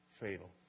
fatal